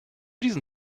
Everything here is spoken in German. diesen